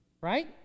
right